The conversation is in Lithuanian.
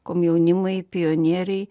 komjaunimai pionieriai